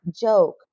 joke